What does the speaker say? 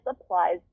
applies